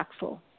impactful